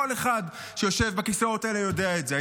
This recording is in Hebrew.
כל אחד שיושב בכיסאות האלה יודע את זה,